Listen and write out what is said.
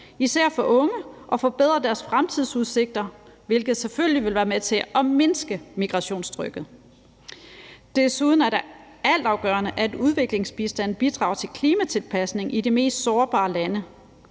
især for unge, og forbedrer deres fremtidsudsigter, hvilket selvfølgelig vil være med til at mindske migrationstrykket. Desuden er det altafgørende, at udviklingsbistand bidrager til klimatilpasning i de mest sårbare lande.